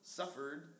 suffered